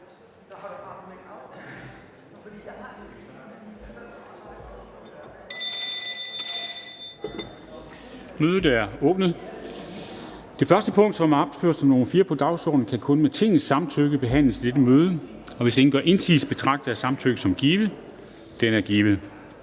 Kristensen): Den sag, som er opført som nr. 4 på dagsordenen, kan kun med Tingets samtykke behandles i dette møde. Hvis ingen gør indsigelse, betragter jeg samtykket som givet. Det er givet.